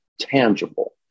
tangible